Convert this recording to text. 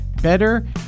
better